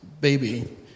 baby